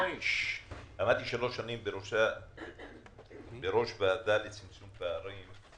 עמדתי שלוש שנים בראש ועדה לצמצום פערים.